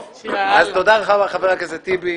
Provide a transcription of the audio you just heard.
אז תודה לחבר הכנסת טיבי.